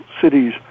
cities